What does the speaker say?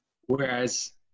Whereas